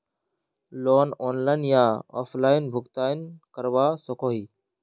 Loan online या offline भुगतान करवा सकोहो ही?